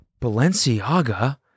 Balenciaga